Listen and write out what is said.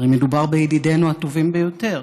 הרי מדובר בידידינו הטובים ביותר.